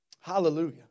Hallelujah